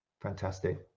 Fantastic